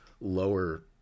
lower